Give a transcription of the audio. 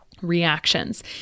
reactions